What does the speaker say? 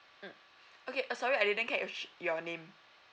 mm okay uh sorry I didn't get your sh~ your name